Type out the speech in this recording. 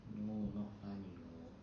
no not fun you know